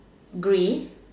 grey